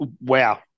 wow